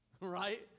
right